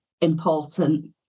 important